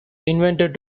intended